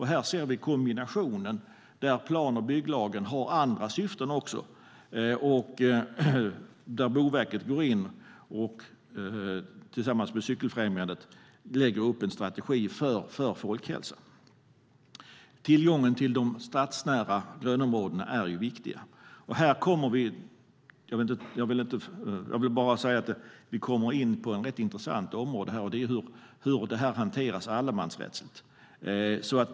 Här ser vi kombinationen, där plan och bygglagen också har andra syften. Boverket går in och lägger tillsammans med Cykelfrämjandet upp en strategi för folkhälsan. Tillgången till de stadsnära grönområdena är viktig. Här kommer vi in på ett rätt intressant område, nämligen hur detta hanteras allemansrättsligt.